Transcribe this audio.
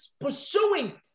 pursuing